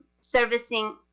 servicing